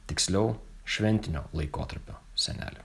tiksliau šventinio laikotarpio seneli